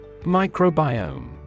Microbiome